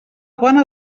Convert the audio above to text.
bona